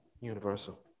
universal